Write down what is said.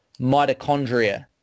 mitochondria